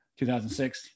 2006